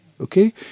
Okay